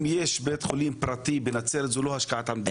אם יש בית חולים פרטי בנצרת זו לא השקעת המדינה.